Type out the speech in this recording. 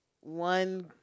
one